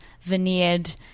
veneered